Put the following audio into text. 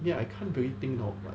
ya I can't really think of but